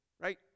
right